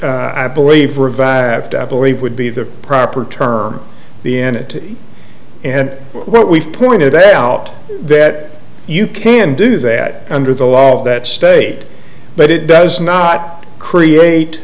which i believe revived i believe would be the proper term the end and what we've pointed out that you can do that under the law of that state but it does not create